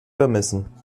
vermissen